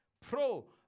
pro